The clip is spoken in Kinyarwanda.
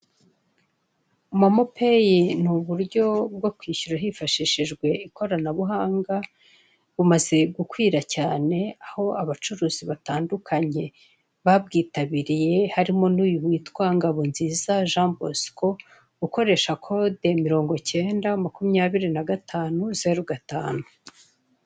Momo peyi ni uburyo bwo kwishyura hifashishijwe ikoranabuhanga bumaze gukwira cyane, aho abacuruzi batandukanye babwitabiriye harimo n'uyu witwa Ngabonziza Jean Bosco ukoresha kode mirongo icyenda makumyabiri nagatanu zeru gatanu.